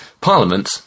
Parliament